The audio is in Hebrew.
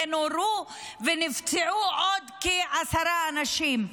ונורו ונפצעו עוד כעשרה אנשים.